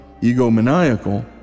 egomaniacal